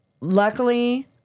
luckily